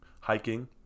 hiking